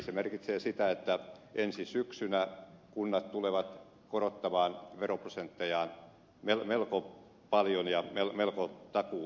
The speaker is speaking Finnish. se merkitsee sitä että ensi syksynä kunnat tulevat korottamaan veroprosenttejaan melko paljon ja melko takuuvarmasti